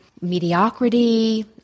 mediocrity